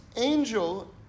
angel